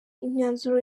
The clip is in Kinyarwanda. imyanzuro